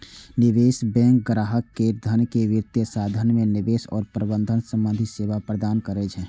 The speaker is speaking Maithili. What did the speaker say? निवेश बैंक ग्राहक केर धन के वित्तीय साधन मे निवेश आ प्रबंधन संबंधी सेवा प्रदान करै छै